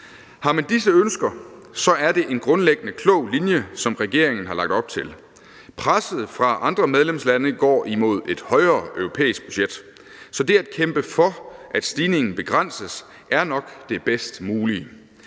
Har man disse ønsker, er det en grundlæggende klog linje, som regeringen har lagt op til. Presset fra andre medlemslande går imod et højere europæisk budget, så det at kæmpe for, at stigningen begrænses, er nok det bedst mulige.